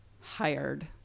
hired